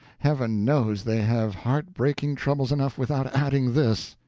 heaven knows they have heartbreaking troubles enough without adding this.